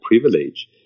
privilege